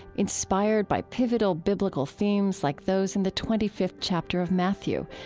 inspired by pivotal biblical themes like those in the twenty fifth chapter of matthew,